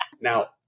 Now